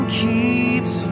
keeps